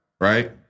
right